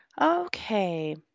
Okay